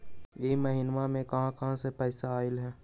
इह महिनमा मे कहा कहा से पैसा आईल ह?